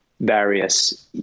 various